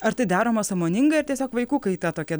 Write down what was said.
ar tai daroma sąmoningai ar tiesiog vaikų kaita tokia